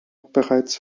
bereits